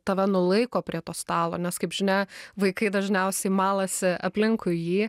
tave nulaiko prie to stalo nes kaip žinia vaikai dažniausiai malasi aplinkui jį